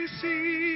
see